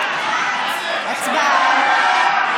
הצבעה.